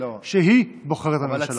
והיא בוחרת את הממשלה.